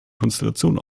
konstellation